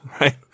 right